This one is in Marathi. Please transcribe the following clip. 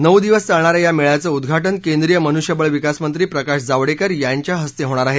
नऊ दिवस चालणा या या मेळ्याचं उद्घाटन केंद्रीय मनुष्यबळ विकास मंत्री प्रकाश जावडेकर यांच्या हस्ते होणार आहे